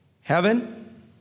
heaven